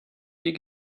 die